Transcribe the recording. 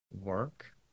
work